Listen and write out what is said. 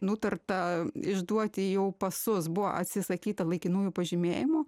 nutarta išduoti jau pasus buvo atsisakyta laikinųjų pažymėjimų